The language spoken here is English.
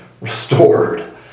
restored